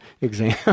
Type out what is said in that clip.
exam